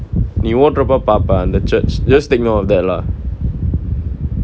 நீ ஓட்டுறப்ப பாப்ப அந்த:nee otturappa paappa antha church just take note of that lah